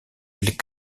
îles